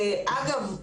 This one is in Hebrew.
אגב,